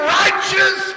righteous